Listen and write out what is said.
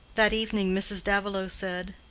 that evening mrs. davilow said,